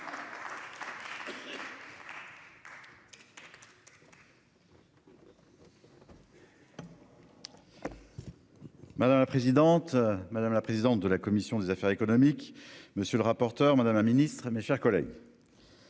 Madame la présidente, madame la présidente de la commission des affaires économiques. Monsieur le rapporteur. Madame la Ministre, mes chers collègues.--